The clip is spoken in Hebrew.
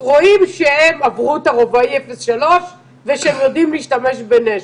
רואים שהם עברו את הרובאי 03 ושהם יודעים להשתמש בנשק.